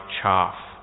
chaff